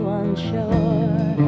unsure